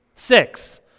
six